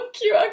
cute